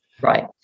Right